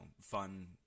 fun